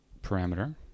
parameter